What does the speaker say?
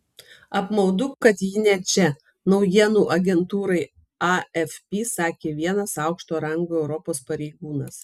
apmaudu kad ji ne čia naujienų agentūrai afp sakė vienas aukšto rango europos pareigūnas